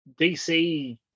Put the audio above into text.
dc